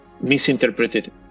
misinterpreted